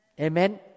Amen